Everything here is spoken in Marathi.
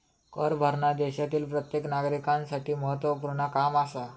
कर भरना देशातील प्रत्येक नागरिकांसाठी महत्वपूर्ण काम आसा